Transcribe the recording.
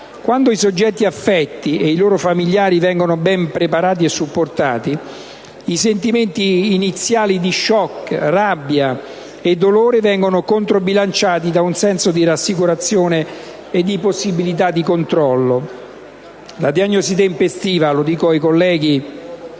Quando i soggetti affetti e i loro familiari vengono ben preparati e supportati, i sentimenti iniziali di *shock*, rabbia e dolore vengono controbilanciati da un senso di rassicurazione e di possibilità di controllo. La diagnosi tempestiva - lo dico a quei colleghi